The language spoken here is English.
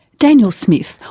daniel smith,